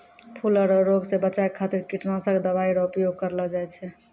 फूलो रो रोग से बचाय खातीर कीटनाशक दवाई रो भी उपयोग करलो जाय छै